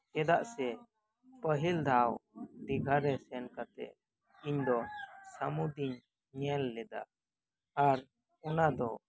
ᱪᱮᱫᱟᱜ ᱥᱮ ᱯᱟᱹᱦᱤᱞ ᱫᱷᱟᱣ ᱫᱤᱜᱷᱟ ᱨᱮ ᱥᱮᱱ ᱠᱟᱛᱮᱫ ᱤᱧ ᱫᱚ ᱥᱟᱹᱢᱩᱫᱽ ᱤᱧ ᱧᱮᱞ ᱞᱮᱫᱟ ᱟᱨ ᱚᱱᱟ ᱫᱚ